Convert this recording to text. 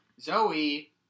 Zoe